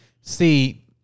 see